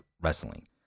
wrestling